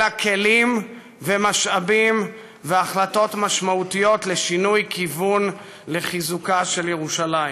אלא כלים ומשאבים והחלטות משמעותיות לשינוי כיוון לחיזוקה של ירושלים.